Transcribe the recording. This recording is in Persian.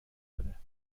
داره